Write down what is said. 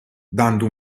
dando